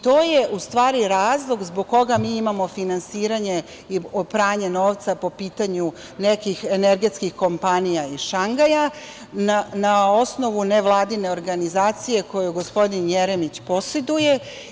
To je, u stvari, razlog zbog koga mi imamo finansiranje i pranje novca po pitanju nekih energetskih kompanija iz Šangaja, na osnovu nevladine organizacije koju gospodin Jeremić poseduje.